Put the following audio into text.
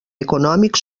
econòmic